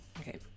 Okay